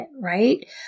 right